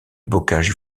bocage